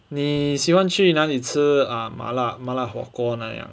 你喜欢去哪里吃 ah 麻辣麻辣火锅那样